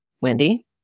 Wendy